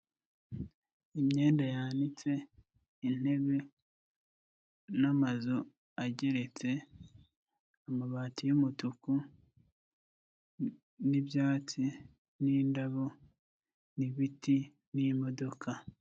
Imyenda yanitse, intebe n'amazu ageretse, amabati y'umutuku n'ibyatsi n'indabo n'ibiti n'imodoka.